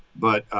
but